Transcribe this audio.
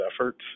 efforts